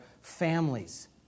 families